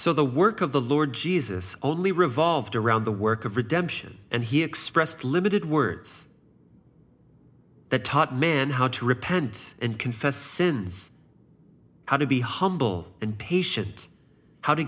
so the work of the lord jesus only revolved around the work of redemption and he expressed limited words that taught man how to repent and confess sins how to be humble and patient how to